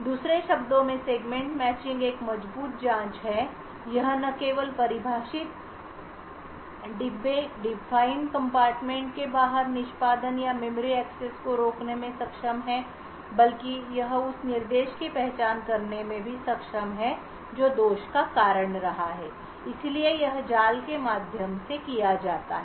दूसरे शब्दों में सेगमेंट मैचिंग एक मजबूत जाँच है यह न केवल परिभाषित डिब्बे के बाहर निष्पादन या मेमोरी एक्सेस को रोकने में सक्षम है बल्कि यह उस निर्देश की पहचान करने में भी सक्षम है जो दोष का कारण रहा है इसलिए यह जाल के माध्यम से किया जाता है